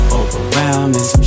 overwhelming